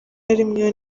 rimwe